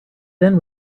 then